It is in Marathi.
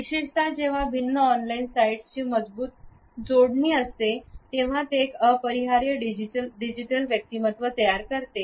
विशेषत जेव्हा भिन्न ऑनलाईन साइट्सची मजबूत जोडणी असतेतेव्हा ते एक अपरिहार्य डिजिटल व्यक्तिमत्व तयार करते